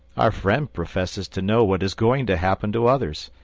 our friend professes to know what is going to happen to others,